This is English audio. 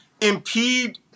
impede